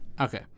Okay